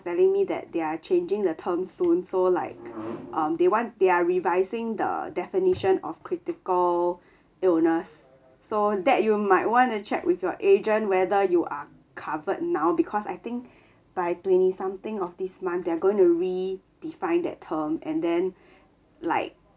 telling me that they're changing the term soon so like um they want they are revising the definition of critical illness so that you might want to check with your agent whether you are covered now because I think by twenty something of this month they're going to redefine that term and then like